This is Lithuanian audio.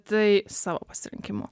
tai savo pasirinkimu